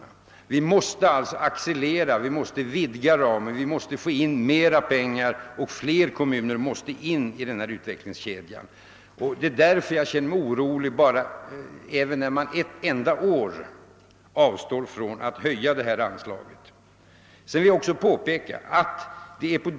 Takten måste alltså accelereras, vi måste vidga ramen, vi måste anvisa mera pengar, och fler kommuner måste komma med i utvecklingskedjan. Därför känner jag mig orolig om man bara ett enda år avstår från att höja anslaget.